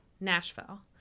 Nashville